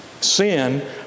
Sin